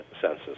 census